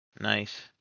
Nice